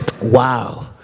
Wow